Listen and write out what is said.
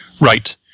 Right